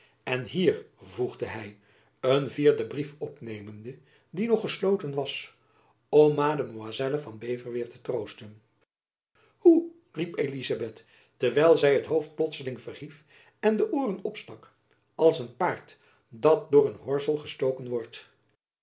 en hier vervolgde hy een vierden brief opnemende die nog gesloten was om mademoiselle van beverweert te troosten hoe riep elizabeth terwijl zy het hoofd plotslings verhief en de ooren opstak als een paard dat door een horsel gestoken wordt